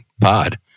pod